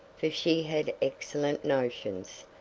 for she had excellent notions,